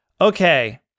okay